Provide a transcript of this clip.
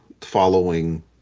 following